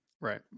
Right